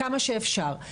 כמה שאפשר,